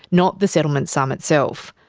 not the settlement sum itself.